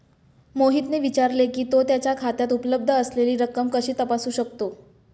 मोहितने विचारले की, तो त्याच्या खात्यात उपलब्ध असलेली रक्कम कशी तपासू शकतो?